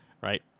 Right